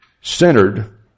centered